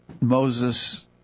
Moses